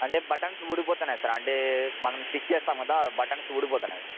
అంటే బటన్స్ ఊడిపోతున్నాయి సార్ అంటే మనం స్టిచ్ చేస్తాం కదా బటన్స్ ఊడిపోతున్నాయి